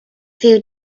few